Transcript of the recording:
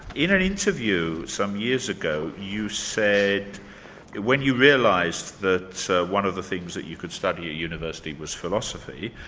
in an interview some years ago, you said when you realised that so one of the things that you could study at university was philosophy,